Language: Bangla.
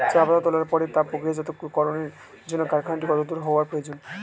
চা পাতা তোলার পরে তা প্রক্রিয়াজাতকরণের জন্য কারখানাটি কত দূর হওয়ার প্রয়োজন?